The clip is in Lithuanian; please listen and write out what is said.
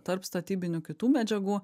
tarp statybinių kitų medžiagų